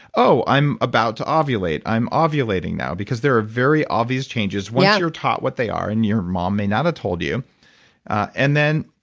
oh, i'm about to ovulate. i'm ovulating now, because there are very obvious changes, once you're taught what they are, and your mom may not have told you and then,